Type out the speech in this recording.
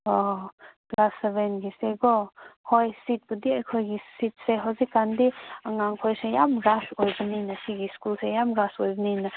ꯍꯣꯏ ꯍꯣꯏ ꯍꯣꯏ ꯀ꯭ꯂꯥꯁ ꯁꯦꯚꯦꯟꯒꯤꯁꯦ ꯀꯣ ꯍꯣꯏ ꯁꯤꯠꯄꯨꯗꯤ ꯑꯩꯈꯣꯏꯒꯤ ꯁꯤꯠꯁꯦ ꯍꯧꯖꯤꯛꯀꯥꯟꯗꯤ ꯑꯉꯥꯡꯈꯣꯏꯁꯦ ꯌꯥꯝ ꯕꯥꯁ ꯑꯣꯏꯕꯅꯤꯅ ꯁꯤꯒꯤ ꯁ꯭ꯀꯨꯜꯁꯦ ꯌꯥꯝ ꯕꯥꯁ ꯑꯣꯏꯕꯅꯤꯅ